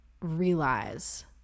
realize